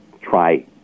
try